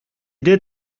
did